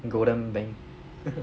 golden bank